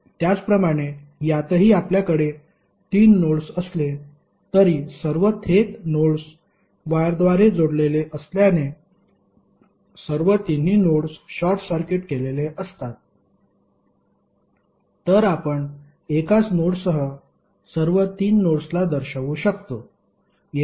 त्याचप्रमाणे यातही आपल्याकडे तीन नोड्स असले तरी सर्व थेट नोड्स वायरद्वारे जोडलेले असल्याने सर्व तिन्ही नोड्स शॉर्ट सर्किट केलेले असतात तर आपण एकाच नोडसह सर्व तीन नोड्सला दर्शवू शकतो